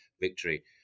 victory